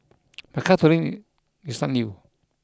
but carpooling is not new